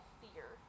fear